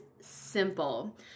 simple